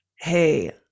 hey